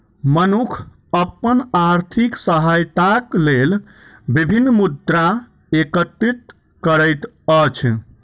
मनुख अपन आर्थिक सहायताक लेल विभिन्न मुद्रा एकत्रित करैत अछि